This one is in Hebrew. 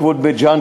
לכיוון בית-ג'ן,